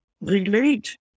relate